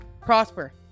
prosper